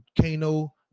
Kano